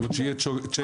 זאת אומרת שיהיה צ'ק ליסט.